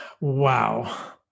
Wow